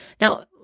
Now